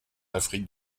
afrique